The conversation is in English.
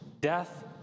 Death